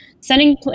sending